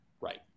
right